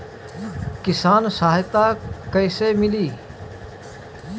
किसान सहायता कईसे मिली?